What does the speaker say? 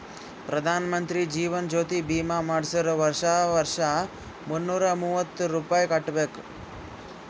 ಪ್ರಧಾನ್ ಮಂತ್ರಿ ಜೀವನ್ ಜ್ಯೋತಿ ಭೀಮಾ ಮಾಡ್ಸುರ್ ವರ್ಷಾ ವರ್ಷಾ ಮುನ್ನೂರ ಮೂವತ್ತ ರುಪಾಯಿ ಕಟ್ಬಬೇಕ್